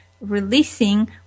releasing